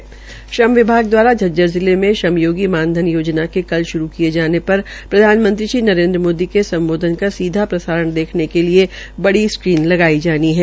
झज्जर विभाग झज्जर जिले में श्रमयोगी मान धन योजना के कल शुरू किये जाने पर प्रधानमंत्री श्री नरेन्द्र मोदी के सम्बोधन का सीधा प्रसारण देखने के लिये बड़ी स्क्रीन लगाई जानी है